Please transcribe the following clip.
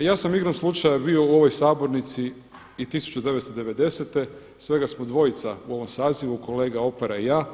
Ja sam igrom slučaja bio u ovoj sabornici i 1990. svega smo dvojica u ovom sazivu kolega Opara i ja,